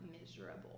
miserable